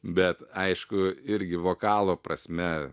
bet aišku irgi vokalo prasme